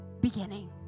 beginning